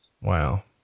wow